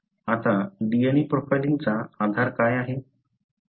आता DNA प्रोफाइलिंगचा आधार काय आहे